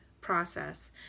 process